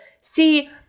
see